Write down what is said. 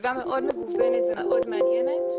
סביבה מאוד מגוונת ומאוד מעניינת.